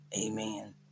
Amen